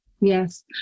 Yes